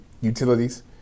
utilities